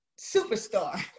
superstar